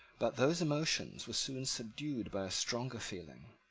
but those emotions were soon subdued by a stronger feeling.